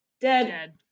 Dead